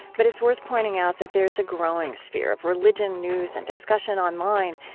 but it's worth pointing out that there's a growing sphere of religion news and discussion online,